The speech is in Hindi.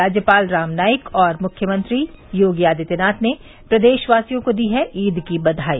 राज्यपाल राम नाईक और मुख्यमंत्री आदित्यनाथ ने प्रदेशवासियों को दी है ईद की बघाई